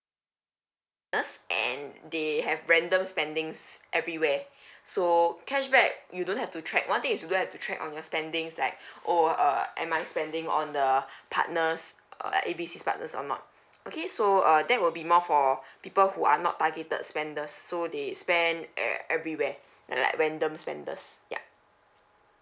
and they have random spending everywhere so cashback you don't have to track one thing is you don't have to track on your spending like oh uh am I spending on the partners uh A B C partners or not okay so uh that will be more for people who are not targeted spender so they spend at everywhere like random spender